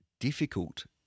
Difficult